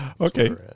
Okay